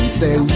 say